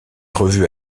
revue